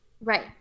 right